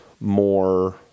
more